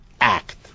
Act